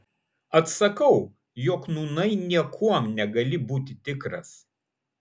atsakau jog nūnai niekuom negali būti tikras